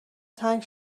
تنگ